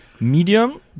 medium